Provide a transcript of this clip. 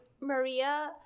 Maria